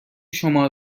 شما